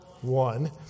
one